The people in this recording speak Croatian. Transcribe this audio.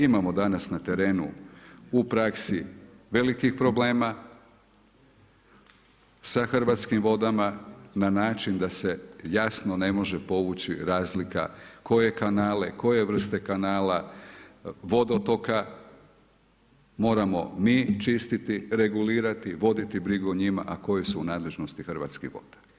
Imamo danas na terenu u praksi velikih problema sa Hrvatskim vodama na način da se jasno ne može povući razlika koje kanale, koje vrste kanala, vodotoka moramo mi čistiti, regulirati, voditi brigu o njima, a koje su u nadležnosti Hrvatskih voda.